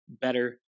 better